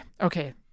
okay